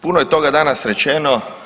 Puno je toga danas rečeno.